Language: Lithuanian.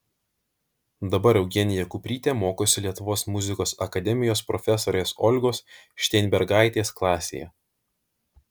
dabar eugenija kuprytė mokosi lietuvos muzikos akademijos profesorės olgos šteinbergaitės klasėje